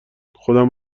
خودم